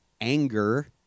anger